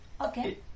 Okay